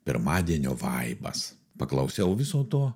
pirmadienio vaibas paklausiau viso to